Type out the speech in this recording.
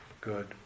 good